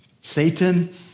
Satan